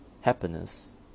happiness